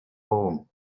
home